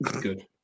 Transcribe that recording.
Good